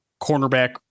cornerback